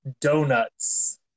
Donuts